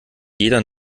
jeder